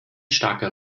starker